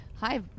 Hi